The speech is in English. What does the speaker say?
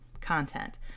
content